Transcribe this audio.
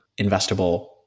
investable